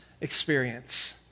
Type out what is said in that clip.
experience